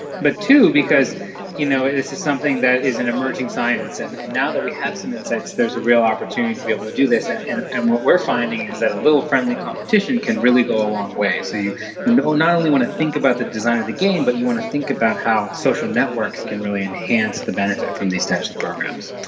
but also because you know this is something that is an emerging science, and and now that we have some insights there is a real opportunity to be able to do this. and and what we are finding is that a little friendly competition can really go a long way. so you you know not only want to think about the design of the game, but you want to think about how social networks can really enhance the benefit from these types of programs.